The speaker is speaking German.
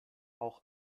auch